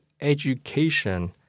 education